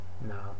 no